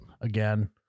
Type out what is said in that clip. Again